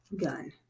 gun